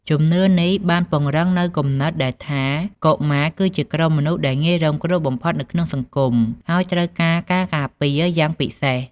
ជំនឿនេះបានពង្រឹងនូវគំនិតដែលថា កុមារគឺជាក្រុមមនុស្សដែលងាយរងគ្រោះបំផុតនៅក្នុងសង្គម ហើយត្រូវការការការពារយ៉ាងពិសេស។